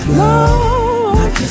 love